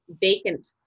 vacant